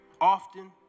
often